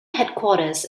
headquarters